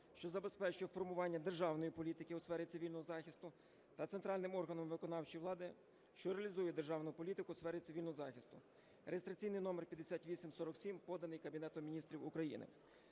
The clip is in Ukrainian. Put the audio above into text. що забезпечує формування державної політики у сфері цивільного захисту, та центральним органом виконавчої влади, що реалізує державну політику у сфері цивільного захисту (реєстраційний номер 5847) (поданий Кабінетом Міністрів України).